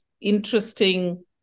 interesting